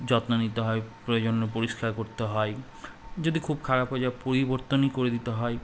যত্ন নিতে হয় প্রয়োজন পরিষ্কার করতে হয় যদি খুব খারাপ হয়ে য পরিবর্তনই করে দিতে হয়